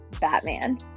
Batman